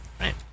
Right